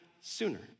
sooner